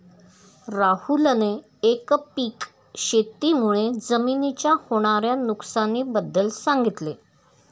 राहुलने एकपीक शेती मुळे जमिनीच्या होणार्या नुकसानी बद्दल सांगितले